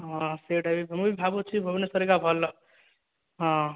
ହଁ ସେଇଟା ବି ମୁଁ ବି ଭାବୁଛି ଭୁବନେଶ୍ୱର ଏକା ଭଲ ହଁ